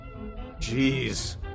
Jeez